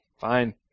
fine